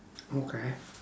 okay